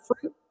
fruit